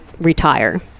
retire